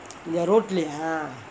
road லயா:layaa